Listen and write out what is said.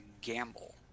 Gamble